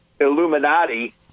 Illuminati